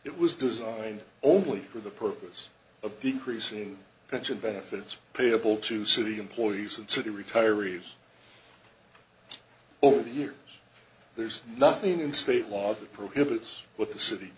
it was designed only for the purpose of decreasing pension benefits payable to city employees and city retirees over the years there's nothing in state law that prohibits what the city